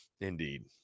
indeed